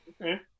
Okay